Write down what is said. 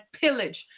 pillage